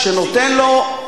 איזה,